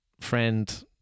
friend